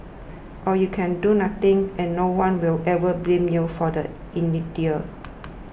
or you can do nothing and no one will ever blame you for the inertia